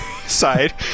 side